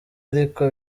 ariko